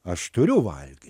aš turiu valgyt